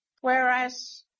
whereas